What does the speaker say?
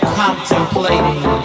contemplating